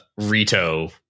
Rito